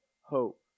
hope